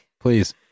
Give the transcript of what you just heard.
Please